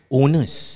owners